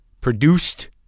produced